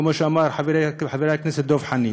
כמו שאמר חברי חבר הכנסת דב חנין.